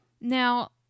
Now